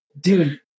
dude